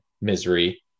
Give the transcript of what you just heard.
misery